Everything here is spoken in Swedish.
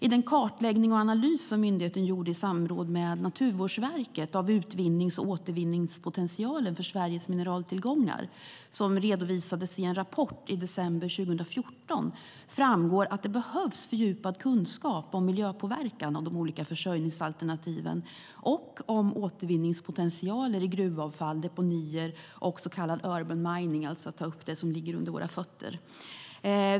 I den kartläggning och analys som myndigheten gjorde i samråd med Naturvårdsverket av utvinnings och återvinningspotentialen för Sveriges mineraltillgångar, som redovisades i en rapport i december 2014, framgår att det behövs fördjupad kunskap om miljöpåverkan av de olika försörjningsalternativen och om återvinningspotentialer i gruvavfall, deponier och så kallad urban mining, det vill säga att ta upp det som ligger under våra fötter.